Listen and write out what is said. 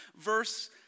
verse